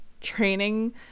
training